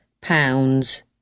pounds